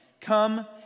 Come